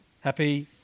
Happy